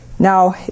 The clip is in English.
Now